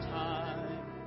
time